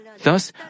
Thus